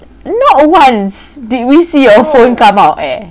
not once did we see your phone come out eh